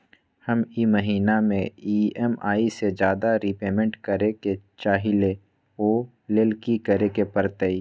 हम ई महिना में ई.एम.आई से ज्यादा रीपेमेंट करे के चाहईले ओ लेल की करे के परतई?